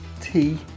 tea